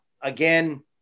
Again